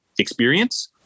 experience